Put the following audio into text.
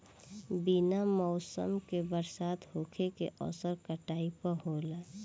बिना मौसम के बरसात होखे के असर काटई पर होला